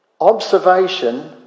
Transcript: Observation